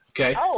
okay